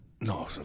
No